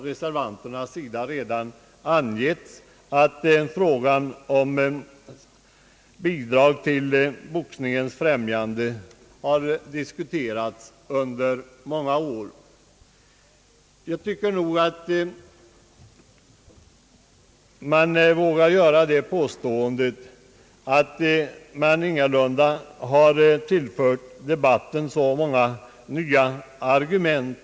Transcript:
Reservanterna har redan angett, att frågan om bidrag till boxningens främjande har diskuterats under många år. Jag vågar göra det påståendet att man egentligen ingalunda har tillfört debatten så många nya argument.